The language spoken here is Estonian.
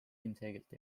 ilmselgelt